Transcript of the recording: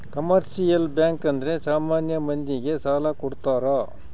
commercial bank ಅಂದ್ರೆ ಸಾಮಾನ್ಯ ಮಂದಿ ಗೆ ಸಾಲ ಕೊಡ್ತಾರ